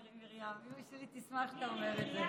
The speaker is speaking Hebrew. מירי מרים, אימא שלי תשמח שאתה אומר את זה.